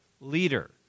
leader